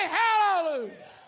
hallelujah